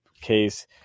case